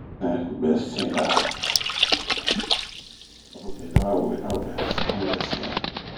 Be nɛɛ bɛɛ sin'a oro benɛɛ wa we a mu bɛ sin'a.